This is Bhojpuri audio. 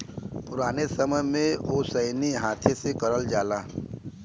पुराने समय में ओसैनी हाथे से करल जाला